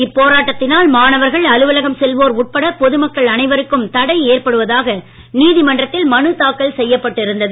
இப்போராட்டத்தினால் மாணவர்கள் அலுவலகம் செல்வோர் உட்பட பொது மக்கள் அனைவருக்கும் தடை ஏற்படுவதாக நீதிமன்றத்தில் மனுதாக்கல் செய்யப்பட்டு இருந்தது